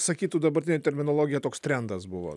sakytų dabartine terminologija toks trendas buvo